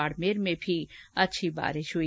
बाड़मेर में भी अच्छी बारिश हुई